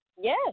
Yes